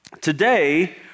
today